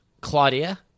Claudia